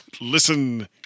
listen